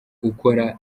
ukora